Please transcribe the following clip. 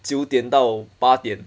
九点到八点